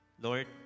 lord